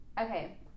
Okay